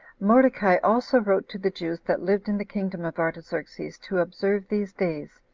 mordecai also wrote to the jews that lived in the kingdom of artaxerxes to observe these days,